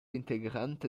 integrante